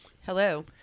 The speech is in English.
Hello